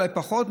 אולי פחות,